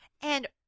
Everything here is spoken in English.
And-